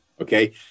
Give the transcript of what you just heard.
Okay